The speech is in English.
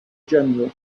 general